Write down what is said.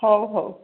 ହଉ ହଉ